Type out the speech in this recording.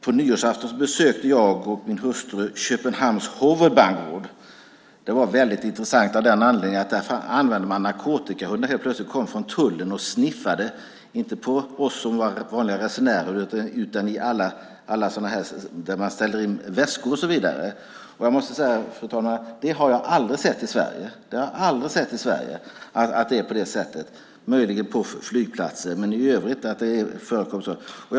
På nyårsafton besökte jag och min hustru Köpenhamns hovedbanegård. Det var väldigt intressant av den anledningen att man där använde narkotikahundar från tullen. Helt plötsligt kom hundar fram och sniffade inte på oss vanliga resenärer men överallt där man ställer in väskor och så vidare. Jag måste, fru talman, säga att jag aldrig har sett att det är på det sättet i Sverige - möjligen på flygplatser, men i övrigt vet jag inte att det förekommer.